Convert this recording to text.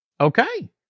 Okay